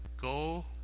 Go